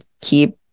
keep